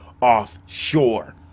offshore